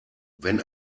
wenn